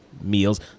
meals